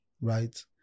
right